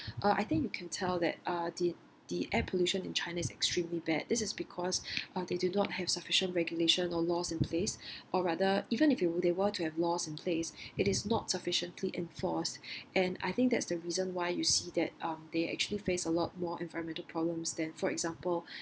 uh I think you can tell that uh the the air pollution in china is extremely bad this is because uh they do not have sufficient regulation or laws in place or rather even if you were they were to have laws in place it is not sufficiently enforced and I think that's the reason why you see that um they actually face a lot more environmental problems than for example